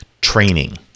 training